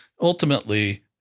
ultimately